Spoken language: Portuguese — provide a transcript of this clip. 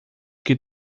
que